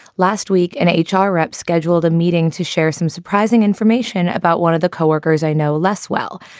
last week in h r. repp scheduled a meeting to share some surprising information about one of the coworkers i know less well.